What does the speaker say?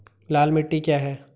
लाल मिट्टी क्या है?